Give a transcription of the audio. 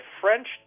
french